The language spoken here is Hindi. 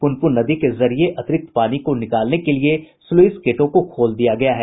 पुनपुन नदी के जरिये अतिरिक्त पानी को निकालने के लिए स्लुइस गेटों को खोल दिया गया है